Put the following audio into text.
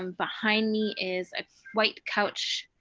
um behind me is a white couch,